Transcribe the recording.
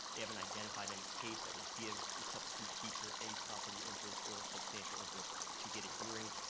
they haven't identified any case that would give a substitute teacher a property interest or substantial interest to get a hearing,